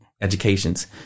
educations